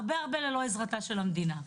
הרבה ללא עזרתה של המדינה.